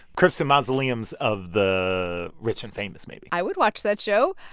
crypts and mausoleums of the rich and famous, maybe i would watch that show.